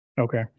Okay